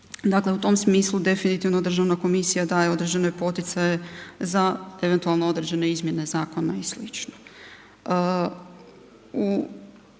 Dakle, u tom smislu državna komisija daje određene poticaje za eventualno određene izmjene zakona i sl.